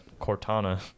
Cortana